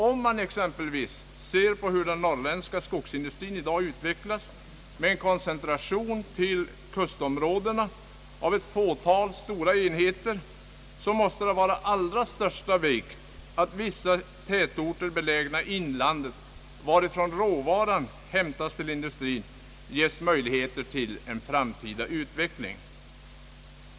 Om man exempelvis ser på hur den norrländska skogsindustrin i dag utvecklas, med koncentration till kustområdena av ett fåtal stora enheter, finner man att det måste vara av allra största vikt att vis sa tätorter belägna i inlandet, varifrån råvaran till industrin hämtas, ges möjligheter till en framtida utveckling.